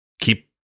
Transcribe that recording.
keep